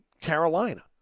Carolina